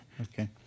Okay